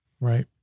Right